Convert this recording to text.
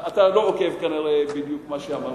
אתה כנראה לא עקבת בדיוק אחרי מה שאמרתי.